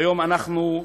כיום אנחנו,